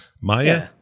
Maya